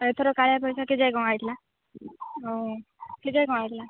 ଏଥର କାଳିଆ ପଇସା କେଯାଏ କ'ଣ ଆସିଥିଲା ଓ କେଯାଏ କ'ଣ ଆସିଥିଲା